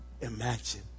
Imagine